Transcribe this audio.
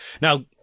Now